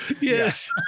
yes